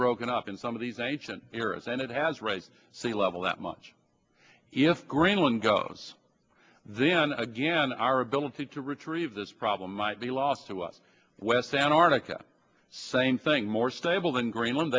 broken off in some of these ancient eras and it has right sea level that much if greenland goes then again our ability to retrieve this problem might be lost to us west antarctica same thing more stable than greenland